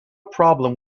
problem